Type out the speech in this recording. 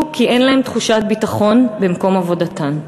כי אין להן תחושת ביטחון במקום עבודתן.